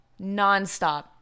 nonstop